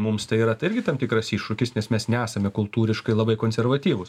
mums tai yra tai irgi tam tikras iššūkis nes mes nesame kultūriškai labai konservatyvūs